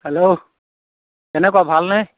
hello কেনেকুৱা ভালনে